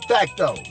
Facto